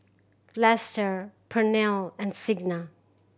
Lester Pernell and Signa